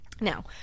Now